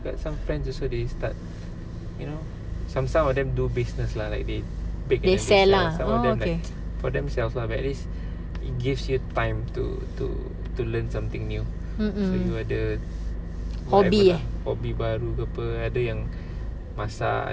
they sell lah oh okay mm mm hobby eh